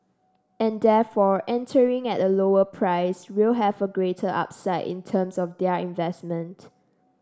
and therefore entering at a lower price will have a greater upside in terms of their investment